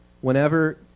whenever